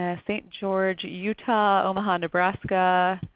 ah st. george, utah, omaha, nebraska.